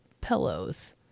pillows